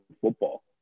football